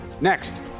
Next